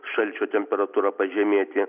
šalčio temperatūra pažemėti